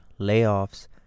layoffs